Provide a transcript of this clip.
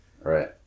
right